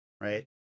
right